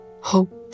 hope